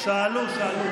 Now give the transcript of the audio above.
לא שאלו.